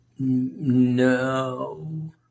No